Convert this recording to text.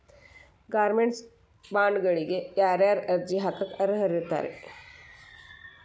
Government ಬಾಂಡ್ಗಳಿಗ ಯಾರ್ಯಾರ ಅರ್ಜಿ ಹಾಕಾಕ ಅರ್ಹರಿರ್ತಾರ?